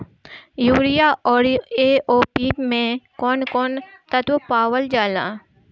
Urea औरी ए.ओ.पी मै कौवन कौवन तत्व पावल जाला?